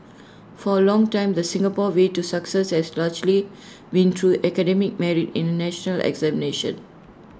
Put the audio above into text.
for A long time the Singapore way to success has largely been through academic merit in national examinations